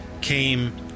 came